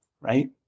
Right